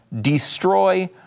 destroy